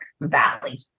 valley